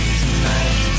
tonight